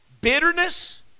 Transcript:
bitterness